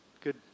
good